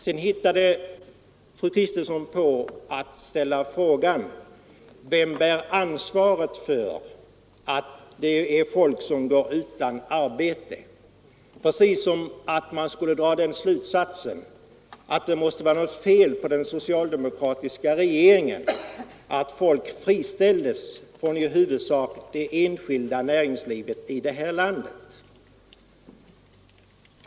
Sedan hittade fru Kristensson på att ställa frågan: Vem bär ansvaret för att det finns människor som går utan arbete? Meningen var tydligen att man skulle dra den slutsatsen att det måste vara den socialdemokratiska regeringens fel att folk friställs från i huvudsak det enskilda näringslivet här i landet.